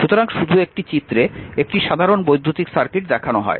সুতরাং শুধু একটি চিত্রে একটি সাধারণ বৈদ্যুতিক সার্কিট দেখানো হয়